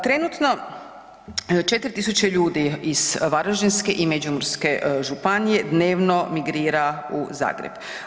Trenutno 4000 ljudi iz Varaždinske i Međimurske županije dnevno migrira u Zagreb.